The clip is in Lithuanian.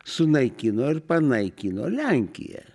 sunaikino ir panaikino lenkiją